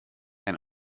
ein